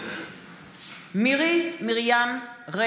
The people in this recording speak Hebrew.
מתחייב אני מירי מרים רגב,